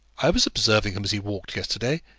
i was observing him as he walked yesterday,